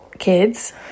Kids